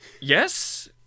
Yes